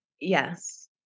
Yes